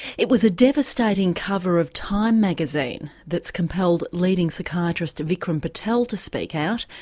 it was a devastating cover of time magazine that's compelled leading psychiatrist vikram patel to speak out.